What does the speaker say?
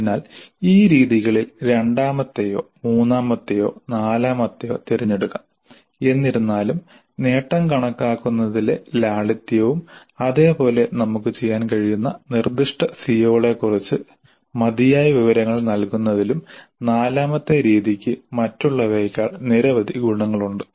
അതിനാൽ ഈ രീതികളിൽ രണ്ടാമത്തെയോ മൂന്നാമത്തെയോ നാലാമത്തെയോ തിരഞ്ഞെടുക്കാം എന്നിരുന്നാലും നേട്ടം കണക്കാക്കുന്നതിലെ ലാളിത്യവും അതേപോലെ നമുക്ക് ചെയ്യാൻ കഴിയുന്ന നിർദ്ദിഷ്ട സിഒകളെക്കുറിച്ച് മതിയായ വിവരങ്ങൾ നൽകുന്നതിലും നാലാമത്തെ രീതിക്ക് മറ്റുള്ളവയേക്കാൾ നിരവധി ഗുണങ്ങളുണ്ട്